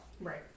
right